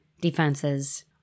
defenses